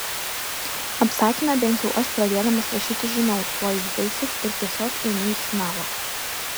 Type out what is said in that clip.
apsakyme bent jau aš pradėdamas rašyti žinau kuo jis baigsis ir tiesiog einu į finalą